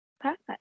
Perfect